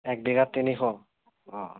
একদিনত তিনিশ অ'